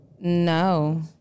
No